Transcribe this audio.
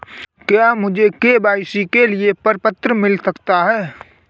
क्या मुझे के.वाई.सी के लिए प्रपत्र मिल सकता है?